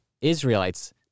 Israelites